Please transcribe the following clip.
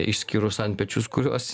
išskyrus antpečius kuriuos